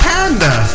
Panda